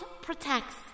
protects